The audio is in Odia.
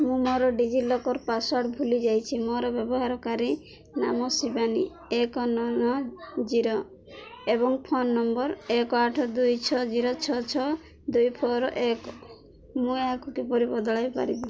ମୁଁ ମୋର ଡିଜିଲକର୍ ପାସ୍ୱାର୍ଡ଼୍ ଭୁଲି ଯାଇଛି ମୋର ବ୍ୟବହାରକାରୀ ନାମ ଶିବାନୀ ଏକ ନଅ ନଅ ଜିରୋ ଏବଂ ଫୋନ୍ ନମ୍ବର୍ ଏକ ଆଠ ଦୁଇ ଛଅ ଜିରୋ ଛଅ ଛଅ ଦୁଇ ଫୋର୍ ଏକ ମୁଁ ଏହାକୁ କିପରି ବଦଳାଇ ପାରିବି